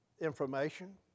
information